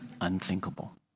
unthinkable